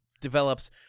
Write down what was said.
develops